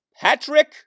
Patrick